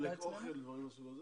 לחלק אוכל, דברים מהסוג הזה?